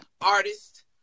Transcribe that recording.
Artist